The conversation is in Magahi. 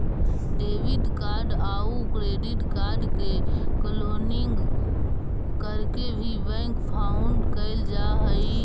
डेबिट कार्ड आउ क्रेडिट कार्ड के क्लोनिंग करके भी बैंक फ्रॉड कैल जा हइ